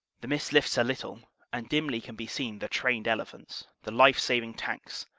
the mist lifts a little and dimly can be seen the trained elephants, the life-saving tanks,